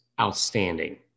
outstanding